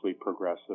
progressive